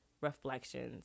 Reflections